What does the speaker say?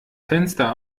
fenster